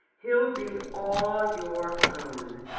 he'll be all your own,